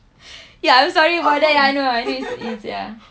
ya I'm sorry about that I know I mean it's ya